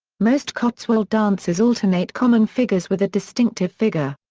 most cotswold dances alternate common figures with a distinctive figure.